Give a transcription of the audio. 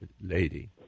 lady